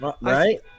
right